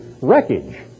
wreckage